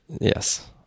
Yes